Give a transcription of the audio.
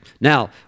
Now